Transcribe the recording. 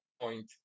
point